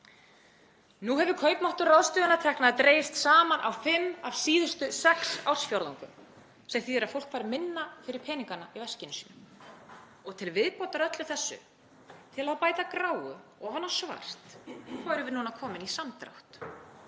Nú hefur kaupmáttur ráðstöfunartekna dregist saman á fimm af síðustu sex ársfjórðungum, sem þýðir að fólk fær minna fyrir peningana í veskinu sínu. Og til viðbótar öllu þessu, til að bæta gráu ofan á svart, þá erum við núna komin í samdrátt.